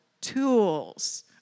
tools